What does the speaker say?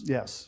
Yes